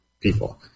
people